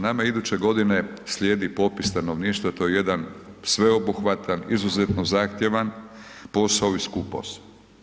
Nama iduće godine slijedi popis stanovništva, to je jedan sveobuhvatan, izuzetno zahtjevan posao i skup posao.